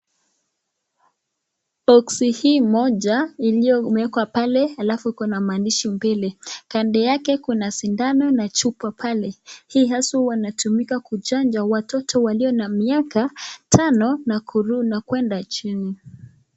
Boksi hii moja iliyoekwa pale , alafu kuna maandishi mbele, kando yake kuna sindano na chupa pale, hii haswa huwa inatumika kuchanja watoto walio na miaka tano na kwenda chini.